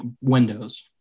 windows